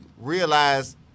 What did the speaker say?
realize